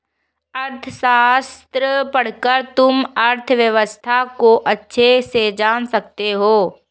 अर्थशास्त्र पढ़कर तुम अर्थव्यवस्था को अच्छे से जान सकते हो